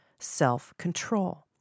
self-control